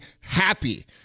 happy